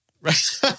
Right